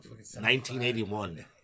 1981